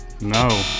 No